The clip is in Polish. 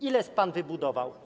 Ile pan wybudował?